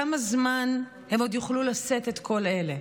כמה זמן הם עוד יוכלו לשאת את כל אלה?